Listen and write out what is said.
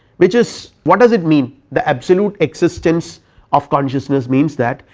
which is what does it mean the absolute existence of consciousness means that,